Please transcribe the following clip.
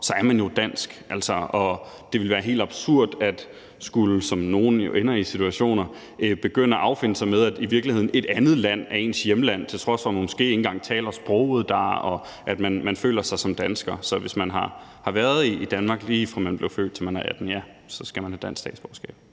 så er man jo dansk. Det ville være helt absurd at skulle, som nogle ender med at skulle, begynde at affinde sig med, at det i virkeligheden er et andet land, der er ens hjemland, til trods for at man måske ikke engang taler sproget dér, og til trods for at man føler sig som dansker. Så hvis man har været i Danmark, lige fra man blev født, til man er 18 år, ja, så skal man have dansk statsborgerskab.